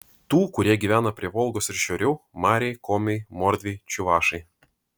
tų kurie gyvena prie volgos ir šiauriau mariai komiai mordviai čiuvašai